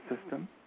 system